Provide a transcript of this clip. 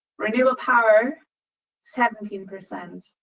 renewable power seventeen percent.